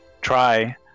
try